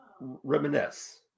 reminisce